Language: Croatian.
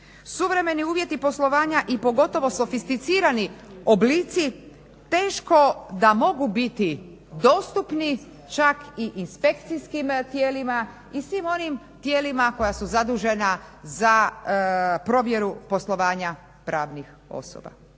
Suvremeni uvjeti poslovanja i pogotovo sofisticirani oblici teško da mogu biti dostupni čak i inspekcijskim tijelima i svim onim tijelima koja su zadužena za provjeru poslovanja pravnih osoba.